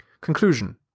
Conclusion